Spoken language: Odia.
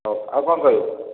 ହଉ ଆଉ କ'ଣ କହିବୁ